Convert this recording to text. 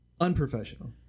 unprofessional